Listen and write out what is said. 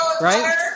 right